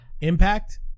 Impact